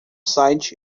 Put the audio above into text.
site